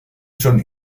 schon